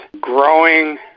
growing